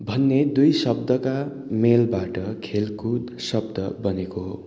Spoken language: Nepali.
भन्ने दुई शब्दका मेलबाट खेलकुद शब्द बनेको हो